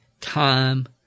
Time